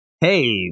hey